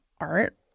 art